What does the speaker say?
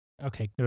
Okay